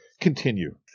continue